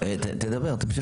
איך --- תדבר, תמשיך.